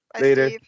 Later